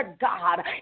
God